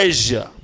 Asia